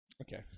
Okay